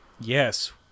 Yes